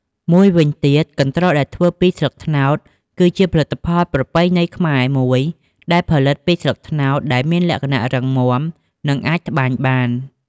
មួយវិញទៀត កន្ដ្រកដែលធ្វើពីស្លឹកត្នោត គឺជាផលិតផលប្រពៃណីខ្មែរមួយ ដែលផលិតពីស្លឹកត្នោតដែលមានលក្ខណៈរឹងមាំ និងអាចត្បាញបាន។